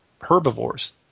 herbivores